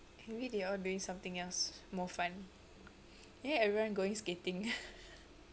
maybe they all doing something else more fun maybe everyone going skating